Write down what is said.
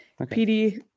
PD